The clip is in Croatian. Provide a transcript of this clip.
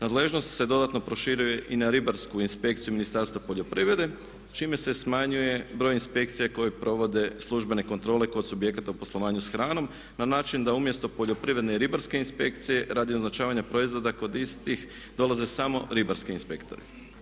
Nadležnost se dodatno proširuje i na ribarsku inspekciju Ministarstva poljoprivrede čime se smanjuje broj inspekcija koje provode službene kontrole kod subjekata u poslovanju s hranom na način da umjesto poljoprivredne ribarske inspekcije radi označavanja proizvoda kod istih dolaze samo ribarski inspektori.